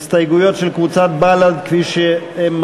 ההסתייגויות של קבוצת סיעת מרצ